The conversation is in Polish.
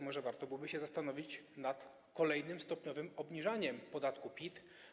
Może warto byłoby się zastanowić nad kolejnym stopniowym obniżaniem podatku PIT.